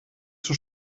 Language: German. zur